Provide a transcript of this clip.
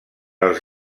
els